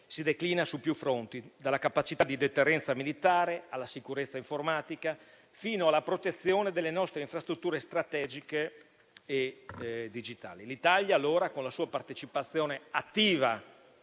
si declina su più fronti: dalla capacità di deterrenza militare alla sicurezza informatica, fino alla protezione delle nostre infrastrutture strategiche e digitali. L'Italia, allora, con la sua partecipazione attiva